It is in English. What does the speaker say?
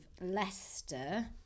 Leicester